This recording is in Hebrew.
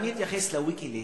אני אתייחס ל"ויקיליקס",